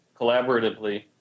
collaboratively